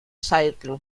circle